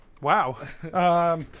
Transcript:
Wow